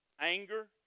anger